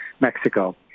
Mexico